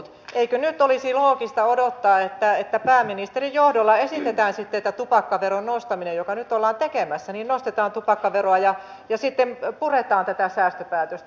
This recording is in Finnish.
eikö nyt olisi loogista odottaa että pääministerin johdolla esitetään sitten tämä tupakkaveron nostaminen joka nyt ollaan tekemässä että nostetaan tupakkaveroa ja puretaan tätä säästöpäätöstä